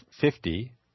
fifty